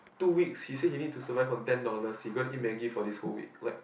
two weeks he say he need to survive on ten dollars he gonna eat Maggie for this whole week like